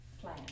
plan